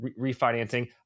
refinancing